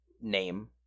name